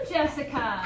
Jessica